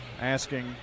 Asking